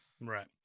Right